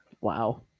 Wow